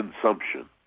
consumption